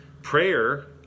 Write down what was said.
Prayer